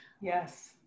yes